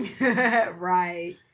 Right